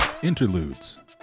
interludes